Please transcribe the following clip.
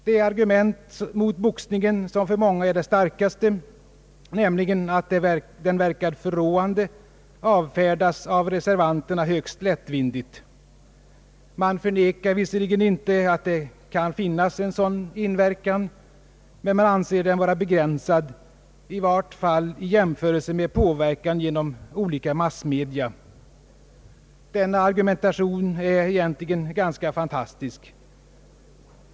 Det argument mot boxningen som för många är det starkaste, nämligen att den verkar förråande, avfärdas av reservanterna högst lättvindigt. Man förnekar visserligen inte att det kan finnas en sådan inverkan, men man anser den vara begränsad, »i vart fall i jämförelse med påverkan genom olika massmedia». Denna argumentation är egentligen ganska fantastisk.